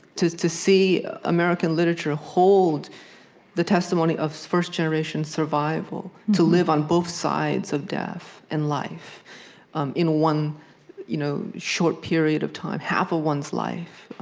to to see american literature hold the testimony of first-generation survival, to live on both sides of death and life um in one you know short period of time, half of one's life,